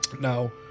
Now